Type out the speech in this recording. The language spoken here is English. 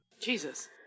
jesus